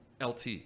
LT